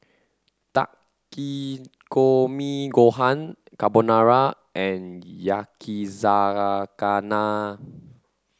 Takikomi Gohan Carbonara and Yakizakana